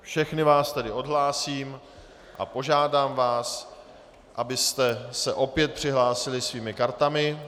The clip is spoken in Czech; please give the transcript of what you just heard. Všechny vás odhlásím a požádám vás, abyste se opět přihlásili svými kartami.